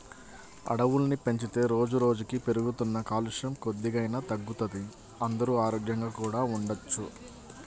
అడవుల్ని పెంచితే రోజుకి రోజుకీ పెరుగుతున్న కాలుష్యం కొద్దిగైనా తగ్గుతది, అందరూ ఆరోగ్యంగా కూడా ఉండొచ్చు